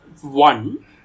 One